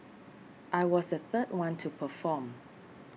I was the third one to perform